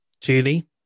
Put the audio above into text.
Julie